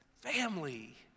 family